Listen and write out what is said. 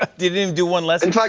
didn't even do one lesson? like